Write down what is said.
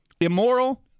immoral